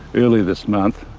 earlier this month